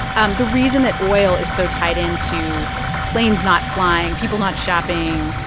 um the reason that oil is so tied into planes not flying, people not shopping,